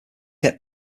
get